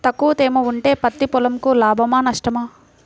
తక్కువ తేమ ఉంటే పత్తి పొలంకు లాభమా? నష్టమా?